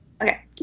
Okay